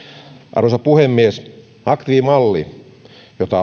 arvoisa puhemies aktiivimalli jota